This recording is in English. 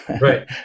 Right